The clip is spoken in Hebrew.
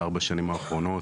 בארבע השנים האחרונות,